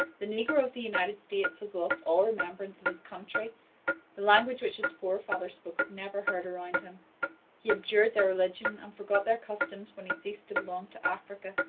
the negro of the united states has lost all remembrance of his country the language which his forefathers spoke is never heard around him he abjured their religion and forgot their customs when he ceased to belong to africa,